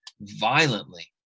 violently